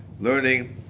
learning